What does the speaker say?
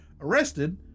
arrested